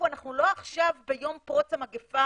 אנחנו לא עכשיו ביום פרוץ המגפה,